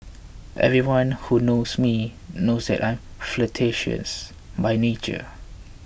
everyone who knows me knows that I am flirtatious by nature